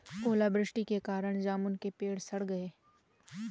ओला वृष्टि के कारण जामुन के पेड़ सड़ गए